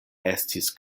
estis